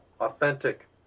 authentic